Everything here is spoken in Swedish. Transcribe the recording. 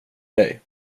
dig